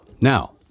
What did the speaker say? Now